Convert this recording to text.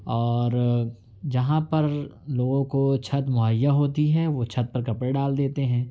اور جہاں پر لوگوں کو چھت مہیا ہوتی ہے وہ چھت پر کپڑے ڈال دیتے ہیں